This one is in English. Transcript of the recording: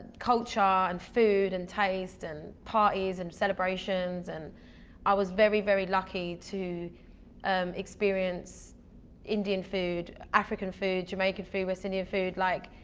culture and food and taste and parties and celebrations. and i was very very lucky to um experience indian food, african food, jamaican food, west indian food, like